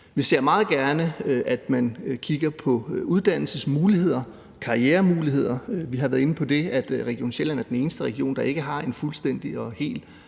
Vi ser meget gerne, at man kigger på uddannelsesmuligheder, karrieremuligheder. Vi har været inde på det, at Region Sjælland er den eneste region, der ikke har en fuldstændig og hel